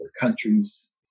countries